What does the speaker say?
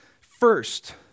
First